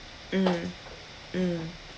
mm mm